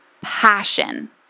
passion